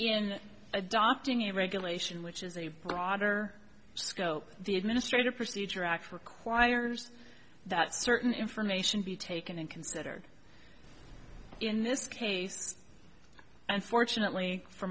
in adopting a regulation which is a broader scope the administrative procedure act requires that certain information be taken and considered in this case unfortunately for